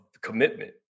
commitment